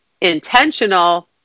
intentional